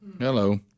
Hello